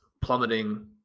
plummeting